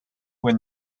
were